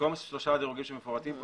במקום שלושה הדירוגים שמפורטים פה